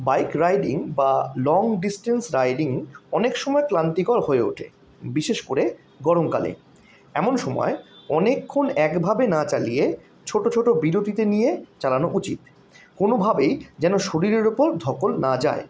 bike riding বা long distance riding অনেক সময় ক্লান্তিকর হয়ে ওঠে বিশেষ করে গরমকালে এমন সময় অনেকক্ষণ একভাবে না চালিয়ে ছোটো ছোটো বিরতিতে নিয়ে চালানো উচিত কোনোভাবেই যেন শরীরের ওপর ধকল না যায়